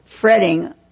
fretting